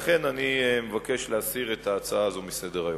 לכן אני מבקש להסיר את ההצעה הזו מסדר-היום.